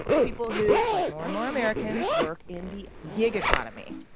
people who, like more and more americans, work in the gig economy.